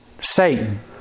Satan